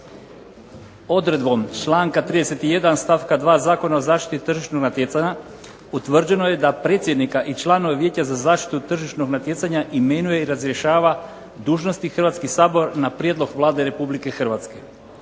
Odredbom članka 31. stavka 2. Zakona o zaštiti tržišnog natjecanja utvrđeno je da predsjednika i članova Vijeća za zaštitu tržišnog natjecanja imenuje i razrješava dužnosti Hrvatski sabor na prijedlog Vlade Republike Hrvatske.